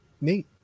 Neat